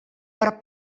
per